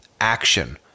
action